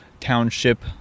township